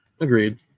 Agreed